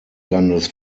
landes